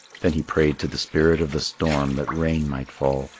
then he prayed to the spirit of the storm that rain might fall,